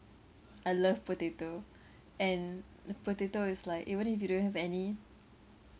I love potato and potato is like even if you don't have any